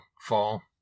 fall